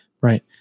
Right